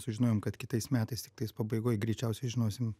sužinojom kad kitais metais tiktais pabaigoj greičiausiai žinosim